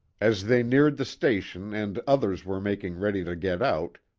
as they neared the station and others were making ready to get out,